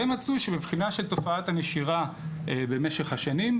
ומצאו שמבחינה של תופעת הנשירה בקרב השנים,